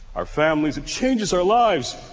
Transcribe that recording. our families it changes our lives.